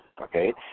okay